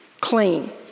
clean